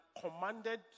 commanded